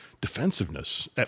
defensiveness